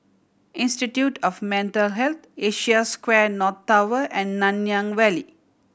Institute of Mental Health Asia Square North Tower and Nanyang Valley